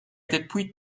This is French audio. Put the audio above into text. depuis